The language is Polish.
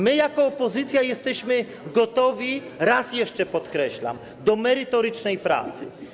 My jako opozycja jesteśmy gotowi, raz jeszcze podkreślam, do merytorycznej pracy.